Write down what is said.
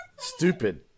Stupid